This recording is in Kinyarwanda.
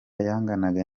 yanganaga